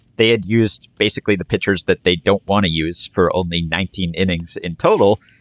they had used basically the pitchers that they don't want to use for only nineteen innings in total.